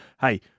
hey